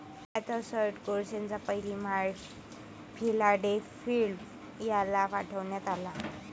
anthracite कोळशाचा पहिला माल फिलाडेल्फियाला पाठविण्यात आला